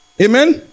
Amen